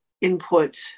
input